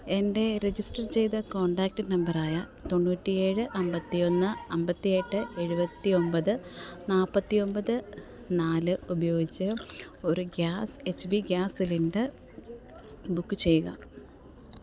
എൻ്റെ രജിസ്റ്റർ ചെയ്ത കോൺടാക്റ്റ് നമ്പറായ തൊണ്ണൂറ്റി ഏഴ് അമ്പത്തി ഒന്ന് അമ്പത്തി എട്ട് എഴുപത്തി ഒമ്പത് നാല്പത്തി ഒമ്പത് നാല് ഉപയോഗിച്ച് ഒരു gas H P gas cylinder book ചെയ്യുക